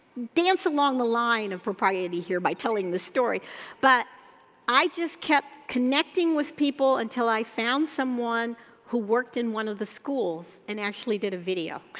dance along the line of propriety here by telling the story but i just kept connecting with people until i found someone who worked in one of the schools and actually did a video